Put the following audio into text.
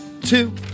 two